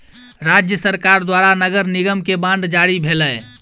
राज्य सरकार द्वारा नगर निगम के बांड जारी भेलै